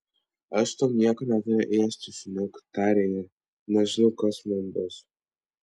aš tau nieko neturiu ėsti šuniuk tarė ji nežinau kas mums bus